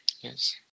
Yes